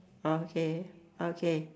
okay okay